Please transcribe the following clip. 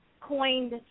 coined